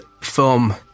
film